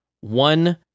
one